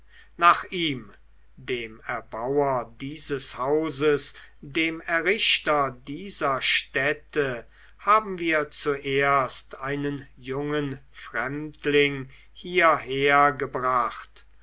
nach ihm dem erbauer dieses hauses dem errichter dieser stätte haben wir zuerst einen jungen fremdling